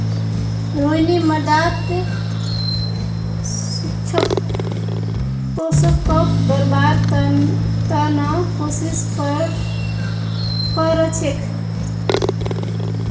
रोहिणी मृदात सूक्ष्म पोषकक बढ़व्वार त न कोशिश क र छेक